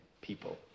people